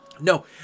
No